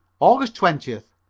aug. twentieth.